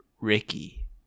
Ricky